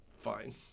fine